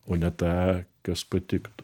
o ne tą kas patiktų